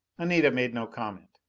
anita made no comment.